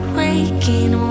waking